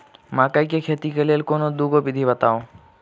मकई केँ खेती केँ लेल कोनो दुगो विधि बताऊ?